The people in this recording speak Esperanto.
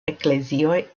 eklezioj